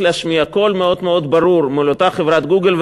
להשמיע קול מאוד מאוד ברור מול אותה חברת "גוגל",